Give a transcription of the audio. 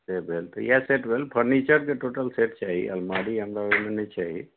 से भेल तऽ इएह सेट भेल फर्नीचरके टोटल सेट चाही अलमारी ओहिमे नहि चाही